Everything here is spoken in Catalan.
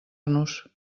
nos